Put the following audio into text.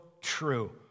true